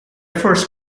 force